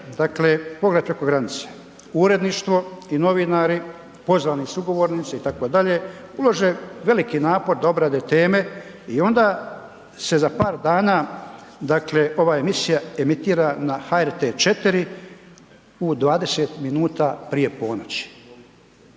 dakle Pogled preko granice, uredništvo i novinari, pozvani sugovornici itd. ulože veliki napor da obrade teme i onda se za par dana, dakle ova emisija emitira na HRT 4 u 20 minuta prije ponoći.